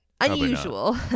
unusual